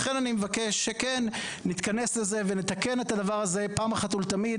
לכן אני מבקש שנתכנס לזה ונתקן את הדבר זה פעם אחת ולתמיד.